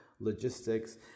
logistics